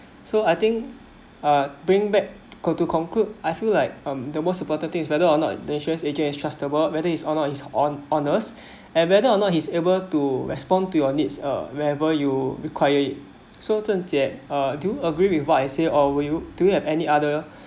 so I think uh bring back call to conclude I feel like um the most important thing is whether or not the insurance agent as trustable whether it's on it's on honest and whether or not he's able to respond to your needs or wherever you require so zhen jie uh do you agree with what you say or were you do you have any other